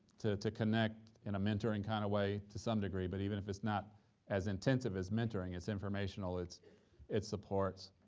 to to connect in a mentoring kind of way to some degree, but even if it's not as intensive as mentoring, it's informational. it's it supports.